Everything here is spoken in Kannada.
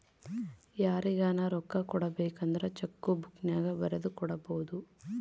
ಯಾರಿಗನ ರೊಕ್ಕ ಕೊಡಬೇಕಂದ್ರ ಚೆಕ್ಕು ಬುಕ್ಕಿನ್ಯಾಗ ಬರೆದು ಕೊಡಬೊದು